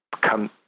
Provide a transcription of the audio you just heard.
come